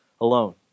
alone